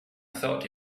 thought